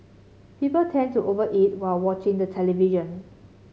people tend to over eat while watching the television